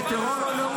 בטרור הוא